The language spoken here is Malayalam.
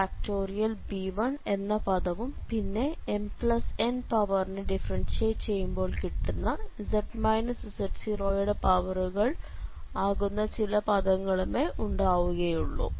b1എന്ന പദവും പിന്നെ mn പവറിനെ ഡിഫറൻഷ്യേറ്റ് ചെയ്യുമ്പോൾ കിട്ടുന്ന z z0 ന്റെ പവറുകൾ ആകുന്ന ചില പദങ്ങളുമേ ഉണ്ടാവുകയുള്ളു